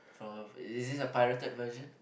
from a is this a pirated version